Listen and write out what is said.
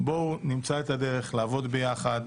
בואו נמצא את הדרך לעבוד ביחד,